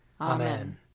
Amen